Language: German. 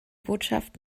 botschaft